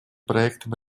проектам